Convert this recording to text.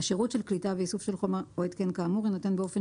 השירות של קליטה ואיסוף של חומר או התקן כאמור יינתן באופן